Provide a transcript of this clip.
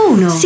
Uno